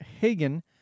Hagen